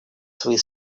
свои